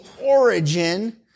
origin